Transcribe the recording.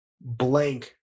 Blank